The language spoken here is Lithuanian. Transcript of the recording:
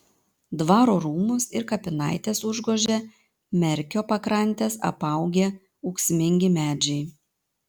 dvaro rūmus ir kapinaites užgožia merkio pakrantes apaugę ūksmingi medžiai